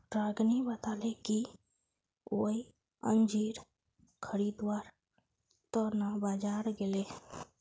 रागिनी बताले कि वई अंजीर खरीदवार त न बाजार गेले